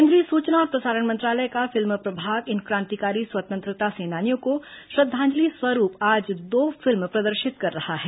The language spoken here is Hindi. केंद्रीय सूचना और प्रसारण मंत्रालय का फिल्म प्रभाग इन क्रांतिकारी स्वतंत्रता सेनानियों को श्रद्दांजलि स्वरूप आज दो फिल्म प्रदर्शित कर रहा है